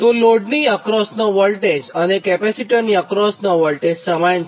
તો લોડની અક્રોસનો વોલ્ટેજ અને કેપેસિટરની અક્રોસનો વોલ્ટેજ સમાન છે